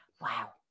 Wow